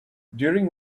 during